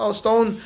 stone